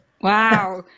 Wow